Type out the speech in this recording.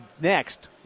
next